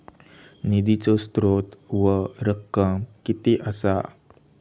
निधीचो स्त्रोत व रक्कम कीती असा?